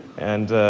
and